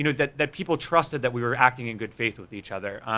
know, that that people trusted that we are acting in good faith with each other.